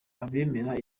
abemera